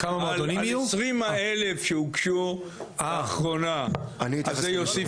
על 20 האלף שהוגשו לאחרונה - מה זה יוסיף?